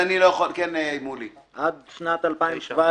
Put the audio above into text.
ועדת המכסות מוסמכת, לפי החוק, לתת את המכסה.